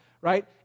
Right